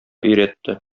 өйрәтте